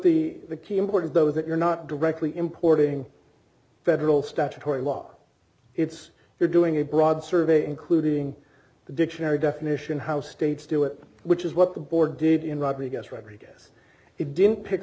the the key important though is that you're not directly importing federal statutory law it's you're doing a broad survey including the dictionary definition how states do it which is what the board did in robbery guess robbery guess it didn't pick